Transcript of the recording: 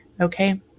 Okay